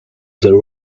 the